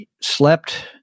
slept